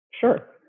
Sure